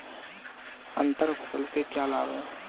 अंतर फसल के क्या लाभ हैं?